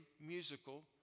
musical